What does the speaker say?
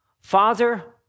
Father